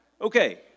Okay